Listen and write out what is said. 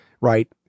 Right